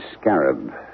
scarab